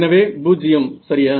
எனவே 0 சரியா